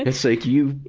it's like, you,